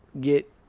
get